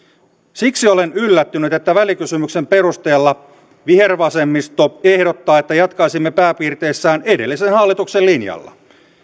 siksi olen yllättynyt että välikysymyksen perusteella vihervasemmisto ehdottaa että jatkaisimme pääpiirteissään edellisen hallituksen linjalla